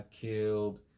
killed